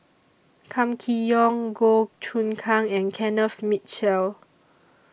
Kam Kee Yong Goh Choon Kang and Kenneth Mitchell